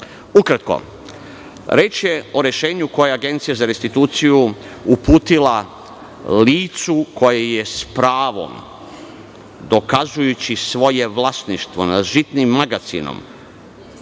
Ukratko, reč je o rešenju koje je Agencija za restituciju uputila licu koje s pravom, dokazujući svoje vlasništvo nad žitnim magacinom